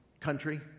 country